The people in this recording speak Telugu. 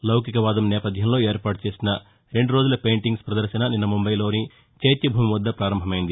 లౌకికవాదం నేపథ్యంలో ఏర్పాటు చేసిన రెండు రోజుల పెయింటింగ్స్ పదర్శన నిన్న ముంబాయిలోని చైత్య భూమి వద్ద పారంభమైంది